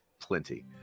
plenty